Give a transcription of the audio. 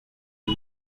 new